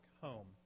home